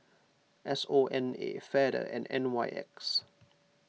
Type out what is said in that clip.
S O N A Feather and N Y X